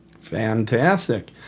Fantastic